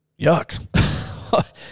yuck